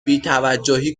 بیتوجهی